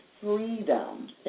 freedom